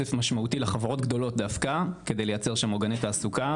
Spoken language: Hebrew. כסף משמעותי לחברות גדולות דווקא כדי לייצר של עוגני תעסוקה,